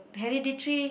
hereditary